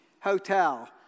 hotel